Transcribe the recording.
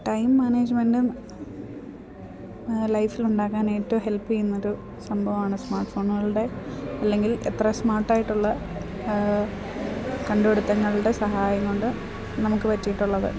time മാനേജ്മെൻ്റും ലൈഫിലുണ്ടാക്കാൻ ഏറ്റോം ഹെൽപ്പ് ചെയ്യുന്നൊരു സംഭവമാണ് സ്മാർട്ട് ഫോണുകളുടെ അല്ലെങ്കിൽ എത്ര സ്മാർട്ടായിട്ടുള്ള കണ്ടുപിടുത്തങ്ങളുടെ സഹായം കൊണ്ട് നമുക്ക് പറ്റീട്ടുള്ളത്